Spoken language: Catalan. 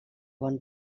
bon